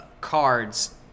cards